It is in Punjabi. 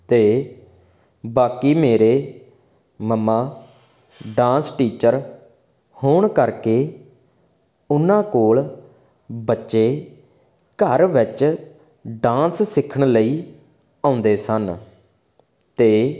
ਅਤੇ ਬਾਕੀ ਮੇਰੇ ਮੰਮਾ ਡਾਂਸ ਟੀਚਰ ਹੋਣ ਕਰਕੇ ਉਹਨਾਂ ਕੋਲ ਬੱਚੇ ਘਰ ਵਿੱਚ ਡਾਂਸ ਸਿੱਖਣ ਲਈ ਆਉਂਦੇ ਸਨ ਅਤੇ